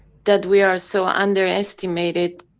that we are so underestimated,